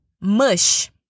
mush